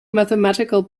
mathematical